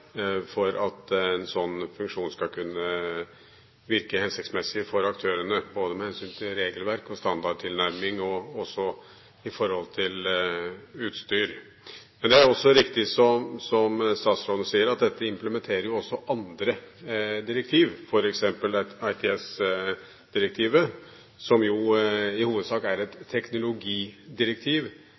for at en slik funksjon skal kunne virke hensiktsmessig for aktørene, både med hensyn til regelverk, standardtilnærming og utstyr. Men det er også riktig som statsråden sier, at dette implementerer også andre direktiv, f.eks. ITS-direktivet, som i hovedsak er et teknologidirektiv